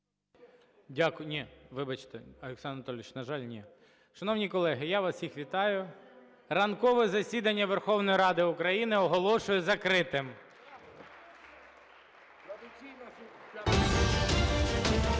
Дякую. Ні, вибачте, Олександр Анатолійович, на жаль, ні. Шановні колеги, я вас всіх вітаю! Ранкове засідання Верховної Ради України оголошую закритим.